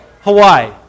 Hawaii